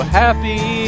happy